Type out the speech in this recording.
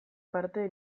parte